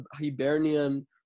Hibernian